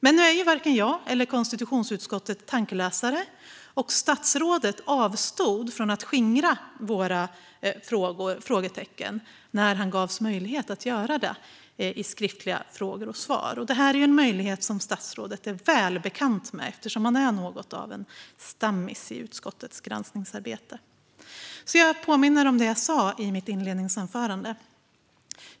Men nu är varken jag eller konstitutionsutskottet tankeläsare, och statsrådet avstod från att skingra våra frågetecken när han gavs möjlighet att göra det i skriftliga frågor och svar. Det här är en möjlighet som statsrådet är väl bekant med, eftersom han är något av en stammis i utskottets granskningsarbete. Jag påminner om det jag sa i mitt inledningsanförande.